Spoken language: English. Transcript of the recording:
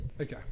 Okay